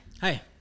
Hi